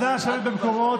אז נא לשבת במקומות.